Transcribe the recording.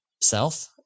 self